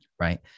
Right